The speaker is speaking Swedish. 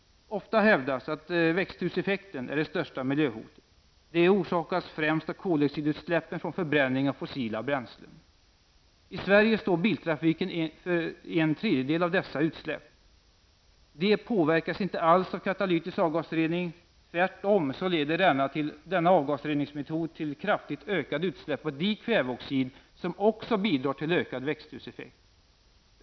Ofta hävdas att växthuseffekten är det största miljöhotet. Den orsakas främst av koldioxidutsläppen från förbränning av fossila bränslen. I Sverige står biltrafiken för en tredjedel av dessa utsläpp. De påverkas inte alls av katalytisk avgasrening. Tvärtom leder denna avgasreningsmetod till kraftigt ökade utsläpp av dikväveoxid som också bidrar till ökad växthuseffekt.